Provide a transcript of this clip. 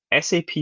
SAP